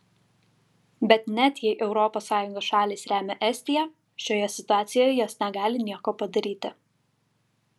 bet net jei europos sąjungos šalys remia estiją šioje situacijoje jos negali nieko padaryti